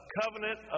covenant